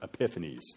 epiphanies